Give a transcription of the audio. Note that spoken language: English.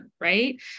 right